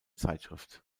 zeitschrift